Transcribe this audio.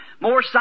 more